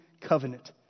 covenant